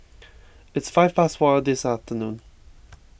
its five past four in the afternoon